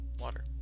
water